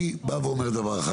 אני אומר דבר אחד.